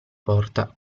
porta